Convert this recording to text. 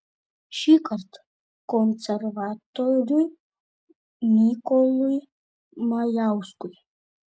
šįkart konservatoriui mykolui majauskui